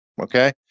okay